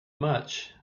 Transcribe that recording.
much